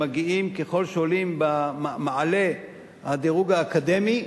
ככל שעולים במעלה הדירוג האקדמי,